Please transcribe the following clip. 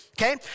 okay